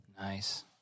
Nice